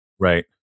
Right